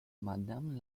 madame